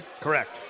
Correct